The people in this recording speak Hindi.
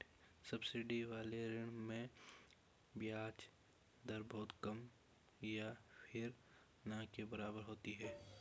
सब्सिडी वाले ऋण में ब्याज दर बहुत कम या फिर ना के बराबर होती है